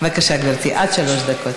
בבקשה, גברתי, עד שלוש דקות.